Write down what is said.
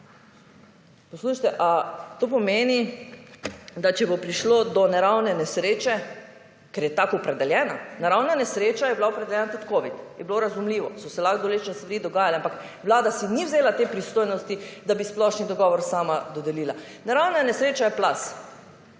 bolezni. Ali to pomeni, da če bo prišlo do naravne nesreče, ker je tako opredeljena. Naravna nesreča je bila opredeljena tudi Covid je bilo razumljivo, so se lahko / nerazumljivo/ dogajale, ampak Vlada si ni vzela te pristojnosti, da bi splošni dogovor sama dodelila. Naravna nesreča je plaz.